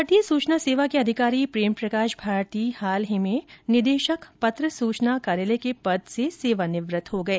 भारतीय सूचना सेवा के अधिकारी प्रेम प्रकाश भारती हाल ही में निदेशक पत्र सूचना कार्यालय के पद से सेवानिवृत्त हो गए